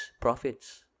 profits